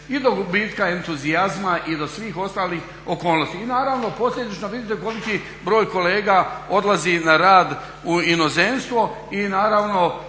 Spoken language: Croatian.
i do gubitka entuzijazma i do svih ostalih okolnosti i naravno posljedično vidite koliki broj kolega odlazi na rad u inozemstvo i naravno